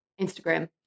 instagram